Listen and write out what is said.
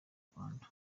rwanda